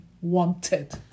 wanted